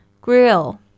grill